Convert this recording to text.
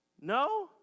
No